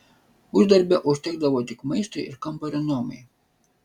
uždarbio užtekdavo tik maistui ir kambario nuomai